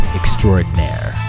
extraordinaire